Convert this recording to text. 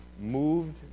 moved